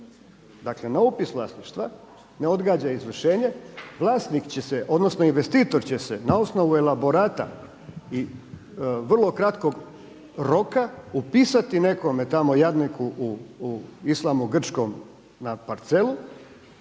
dakle na upis vlasništva ne odgađa izvršenje vlasnik će se, odnosno investitor će se na osnovu elaborata i vrlo kratkog roka upisati nekome tamo jadniku u Islamu Grčkom na parcelu.